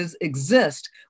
exist